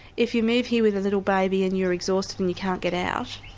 if you move here with a little baby and you're exhausted and you can't get out,